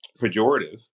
pejorative